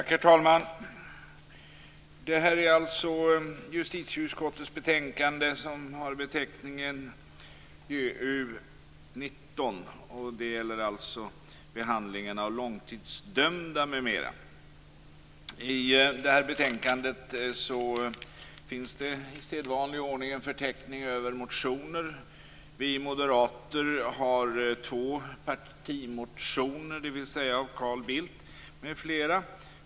Herr talman! Justitieutskottets betänkande JuU19 gäller behandlingen av långtidsdömda, m.m. I betänkandet finns i sedvanlig ordning en förteckning över motioner. Vi moderater står för två partimotioner, som alltså är undertecknade av Carl Bildt m.fl.